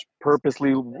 purposely